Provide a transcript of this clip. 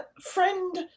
friend